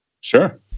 Sure